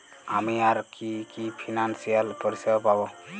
আমি আর কি কি ফিনান্সসিয়াল পরিষেবা পাব?